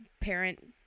parent –